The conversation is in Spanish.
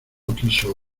quiso